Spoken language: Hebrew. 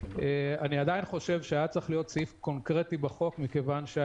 אבל אני עדיין חושב שהיה צריך להיות סעיף קונקרטי בחוק שמחייב